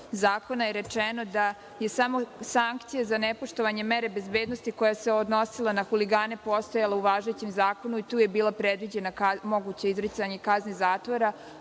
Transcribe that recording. zakona je rečeno da samo sankcija za nepoštovanje mere bezbednosti koja se odnosila na huligane postojala u važećem zakonu i tu je bilo predviđeno moguće izricanje kazne zatvora,